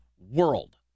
world